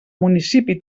municipi